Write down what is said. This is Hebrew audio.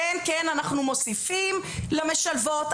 כן אנחנו מוסיפים למשלבות,